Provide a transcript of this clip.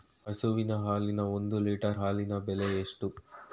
ಹಸುವಿನ ಹಾಲಿನ ಒಂದು ಲೀಟರ್ ಹಾಲಿನ ಬೆಲೆ ಎಷ್ಟು?